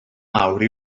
mawr